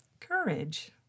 Courage